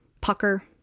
pucker